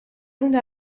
una